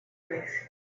this